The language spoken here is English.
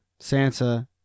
Sansa